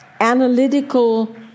analytical